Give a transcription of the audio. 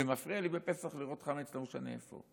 זה מפריע לי לראות חמץ בפסח, לא משנה איפה.